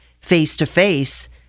face-to-face